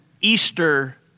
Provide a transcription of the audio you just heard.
Easter